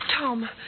Tom